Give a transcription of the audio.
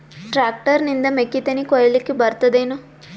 Tractor ನಿಂದ ಮೆಕ್ಕಿತೆನಿ ಕೊಯ್ಯಲಿಕ್ ಬರತದೆನ?